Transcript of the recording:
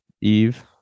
eve